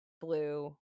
blue